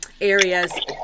areas